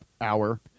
hour